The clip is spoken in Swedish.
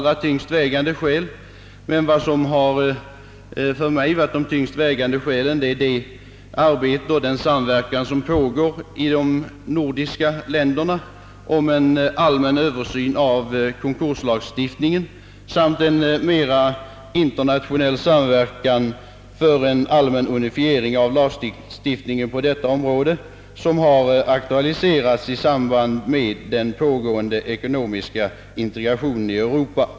De tyngst vägande skälen har för mig varit det arbete som pågår i samverkan med de övriga nordiska länderna för en allmän översyn av konkurslagstiftningen samt en mera vidsträckt internationell samverkan för en allmän unifiering av lagstiftningen på detta område som har aktualiserats i samband med den pågående ekonomiska integrationen i Europa.